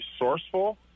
resourceful